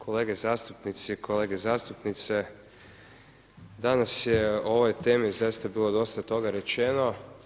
Kolege zastupnici i kolegice zastupnice, danas je o ovoj temi zaista bilo dosta toga rečeno.